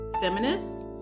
Feminist